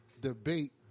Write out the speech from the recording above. debate